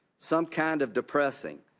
some kind of depressing.